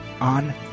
on